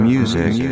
Music